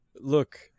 Look